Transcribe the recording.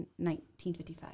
1955